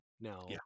now